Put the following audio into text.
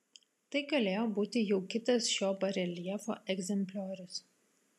tai galėjo būti jau kitas šio bareljefo egzempliorius